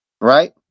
Right